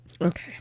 Okay